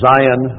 Zion